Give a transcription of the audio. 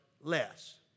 less